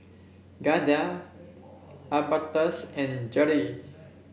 Giada Albertus and Jere